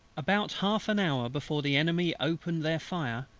about half an hour before the enemy opened their fire,